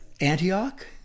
Antioch